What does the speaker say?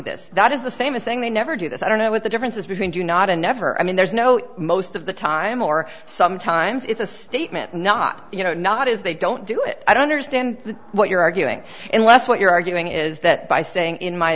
this that is the same as saying they never do this i don't know what the difference is between do not and never i mean there's no most of the time or sometimes it's a statement not you know not as they don't do it i don't understand what you're arguing unless what you're arguing is that by saying in my